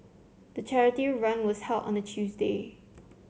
the charity run was held on a Tuesday